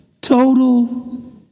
total